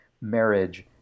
marriage